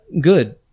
good